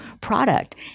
product